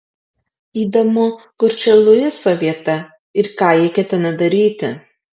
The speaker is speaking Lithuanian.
įdomu kur čia luiso vieta ir ką jie ketina daryti